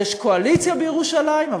יש קואליציה בירושלים,